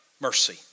Mercy